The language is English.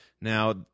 Now